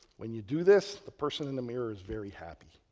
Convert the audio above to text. when you do this the person in the mirror is very happy.